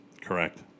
Correct